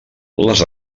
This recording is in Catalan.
les